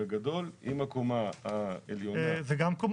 זה גם קומות, אדוני.